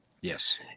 Yes